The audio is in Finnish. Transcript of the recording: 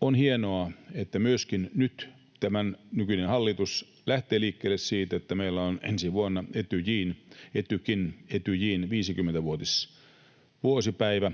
On hienoa, että myöskin nyt tämä nykyinen hallitus lähtee liikkeelle siitä, että meillä on ensi vuonna Etykin ja Etyjin 50-vuotispäivä,